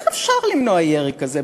איך אפשר למנוע ירי כזה?